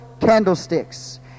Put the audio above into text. candlesticks